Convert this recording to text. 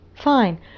Fine